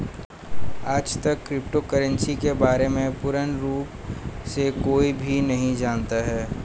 आजतक crypto currency के बारे में पूर्ण रूप से कोई भी नहीं जानता है